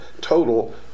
total